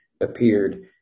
appeared